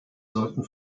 sollten